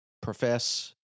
profess